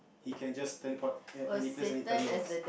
he can just teleport at any place any time he wants